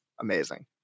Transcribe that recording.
amazing